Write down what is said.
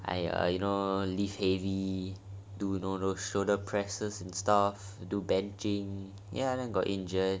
I err you know lift heavy do you know those shoulder presses and stuff do benching ya and then got injured